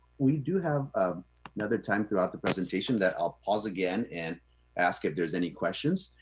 we do have ah another time throughout the presentation that i'll pause again and ask if there's any questions.